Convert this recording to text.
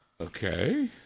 Okay